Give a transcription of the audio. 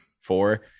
four